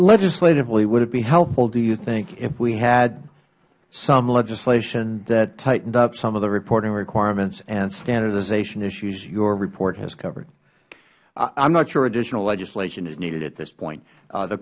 legislatively would it be helpful do you think if we had some legislation that tightened up some of the reporting requirements and standardization issues your report has covered mister woods i am not sure additional legislation is needed at this point